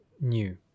new